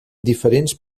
diferents